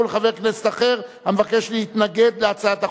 לחבר כנסת אחר המבקש להתנגד להצעת החוק".